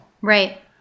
right